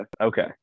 okay